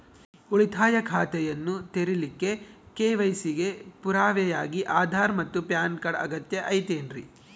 ಉಳಿತಾಯ ಖಾತೆಯನ್ನ ತೆರಿಲಿಕ್ಕೆ ಕೆ.ವೈ.ಸಿ ಗೆ ಪುರಾವೆಯಾಗಿ ಆಧಾರ್ ಮತ್ತು ಪ್ಯಾನ್ ಕಾರ್ಡ್ ಅಗತ್ಯ ಐತೇನ್ರಿ?